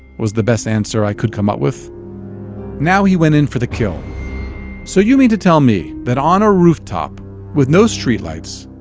was the best answer i could come up with now he went in for the kill so you mean to tell me that on a rooftop with no streetlights,